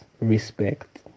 respect